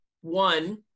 one